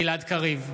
גלעד קריב,